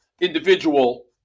individual –